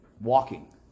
walking